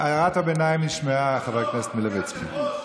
הערת הביניים נשמעה, חבר הכנסת מלביצקי.